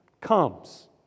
comes